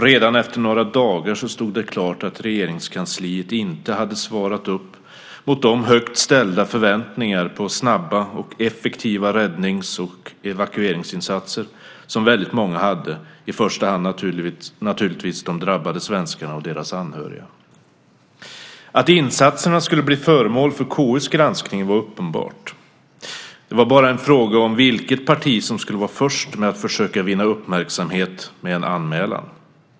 Redan efter några dagar stod det klart att Regeringskansliet inte hade svarat upp mot de högt ställda förväntningar på snabba och effektiva räddnings och evakueringsinsatser som väldigt många hade, i första hand naturligtvis de drabbade svenskarna och deras anhöriga. Att insatserna skulle bli föremål för KU:s granskning var uppenbart. Det var bara en fråga om vilket parti som skulle vara först med att försöka vinna uppmärksamhet med en anmälan.